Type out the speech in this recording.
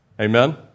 Amen